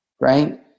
right